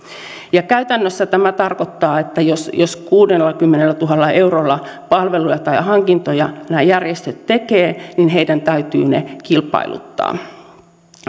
käytännössä tämä tarkoittaa että jos jos kuudellakymmenellätuhannella eurolla palveluja tai hankintoja nämä järjestöt tekevät niin heidän täytyy ne kilpailuttaa